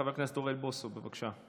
חבר הכנסת אוריאל בוסו, בבקשה.